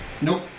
Nope